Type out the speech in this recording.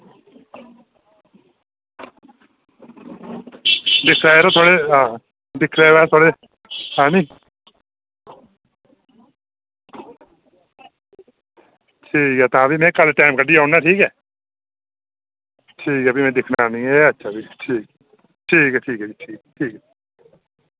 दिक्खी लैएओ यरो थोह्ड़े हां दिक्खी लैएओ अस थोह्ड़े है नी ठीक ऐ तां फ्ही में कल टैम कड्ढियै औन्ना ठीक ऐ ठीक ऐ फ्ही में दिक्खना आह्नियै एह् अच्छा फ्ही ठीक ऐ फ्ही ठीक ऐ ठीक ऐ